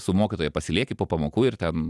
su mokytoja pasilieka po pamokų ir ten